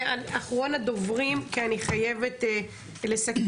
ואחרון הדוברים כי אני חייבת לסכם,